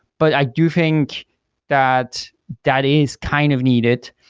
but i do think that that is kind of needed.